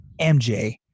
MJ